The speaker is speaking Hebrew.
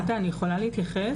עאידה, אני יכולה להתייחס?